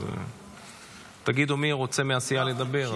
אז תגידו מי רוצה מהסיעה לדבר,